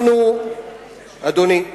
אנחנו, אדוני,